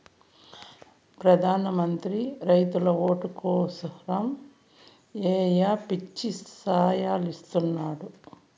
పెదాన మంత్రి రైతుల ఓట్లు కోసరమ్ ఏయో పిచ్చి సాయలిస్తున్నాడు